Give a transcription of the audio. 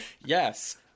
Yes